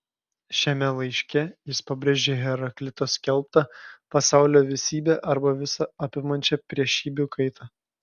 šiame laiške jis pabrėžia heraklito skelbtą pasaulio visybę arba visą apimančią priešybių kaitą